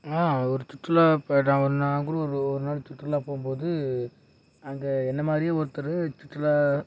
ஆ ஒரு சுற்றுலா ப படம் ஒன்று நாங்களும் ஒரு ஒரு நாள் சுற்றுலா போகும்போது அங்கே என்னை மாதிரியே ஒருத்தர் சுற்றுலா